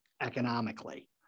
economically